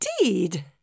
Indeed